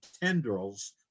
tendrils